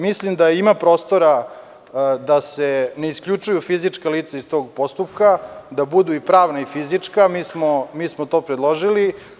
Mislim da ima prostora da se ne isključuju fizička lica iz tog postupka, da budu i pravna i fizička, mi smo to predložili.